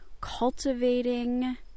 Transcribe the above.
cultivating